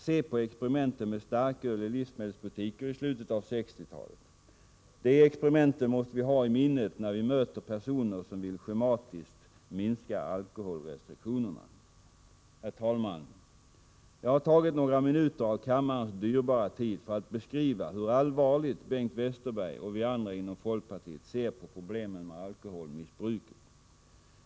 Se på experimenten med starköl i livsmedelsbutiker i slutet av 1960-talet. De experimenten måste vi ha i minnet när vi möter personer som vill schematiskt minska alkoholrestriktionerna. Herr talman! Jag har tagit några minuter av kammarens dyrbara tid för att beskriva hur allvarligt Bengt Westerberg och vi andra inom folkpartiet ser på problemen med alkoholmissbruket.